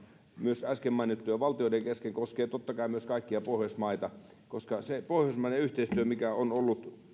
myös äsken mainittujen valtioiden kesken koskee totta kai myös kaikkia pohjoismaita pohjoismainen yhteistyö on ollut